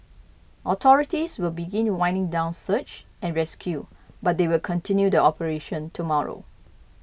authorities will begin winding down search and rescue but they will continue the operation tomorrow